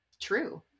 true